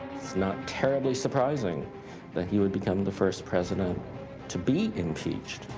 it's not terribly surprising that he would become the first president to be impeached.